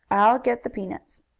i'll get the peanuts.